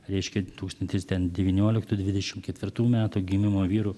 reiškia tūkstantis ten devynioliktų dvidešimt ketvirtų metų gimimo vyrų